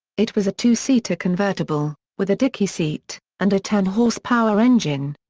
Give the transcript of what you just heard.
it was a two-seater convertible, with a dickey seat, and a ten horsepower engine.